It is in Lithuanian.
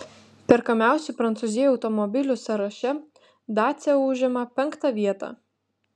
perkamiausių prancūzijoje automobilių sąraše dacia užima penktą vietą